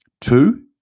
Two